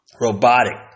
Robotic